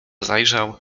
zajrzał